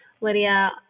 Lydia